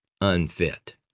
unfit